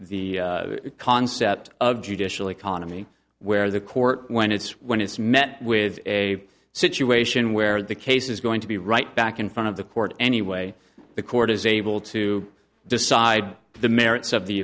the concept of judicial economy where the court when it's when it's met with a situation where the case is going to be right back in front of the court any way the court is able to decide the merits of the